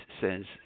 says